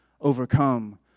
overcome